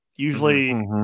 Usually